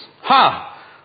Ha